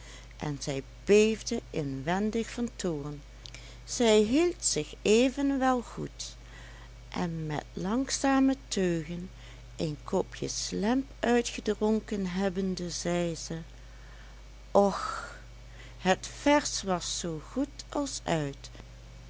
en zij beefde inwendig van toorn zij hield zich evenwel goed en met langzame teugen een kopje slemp uitgedronken hebbende zei ze och het vers was zoo goed als uit